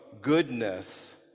goodness